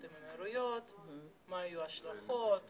במקרה של האמירויות ומה יהיו ההשלכות.